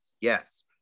yes